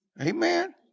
Amen